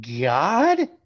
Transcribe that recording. God